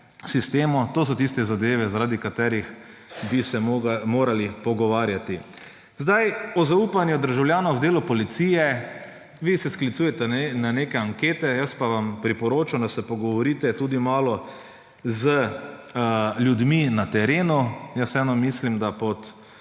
sistemu. To so tiste zadeve, zaradi katerih bi se morali pogovarjati. O zaupanju državljanov v delo policije. Vi se sklicujete na neke ankete, jaz pa vam priporočam, da se pogovorite tudi malo z ljudmi na terenu. Vseeno mislim, da pod